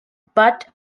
but